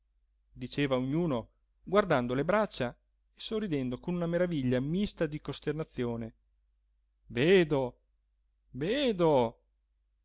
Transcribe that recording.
diceva a ognuno guardando le braccia e sorridendo con una meraviglia mista di costernazione vedo vedo